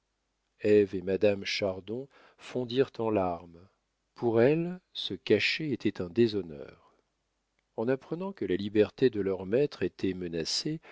et madame chardon fondirent en larmes pour elles se cacher était un déshonneur en apprenant que la liberté de leur maître était menacée